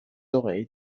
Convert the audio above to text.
auraient